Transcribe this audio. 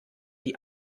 die